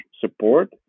support